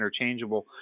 interchangeable